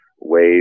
ways